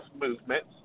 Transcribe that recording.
movements